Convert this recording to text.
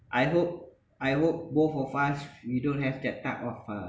I hope I hope both of us we don't have that type of uh